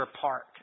Park